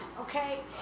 Okay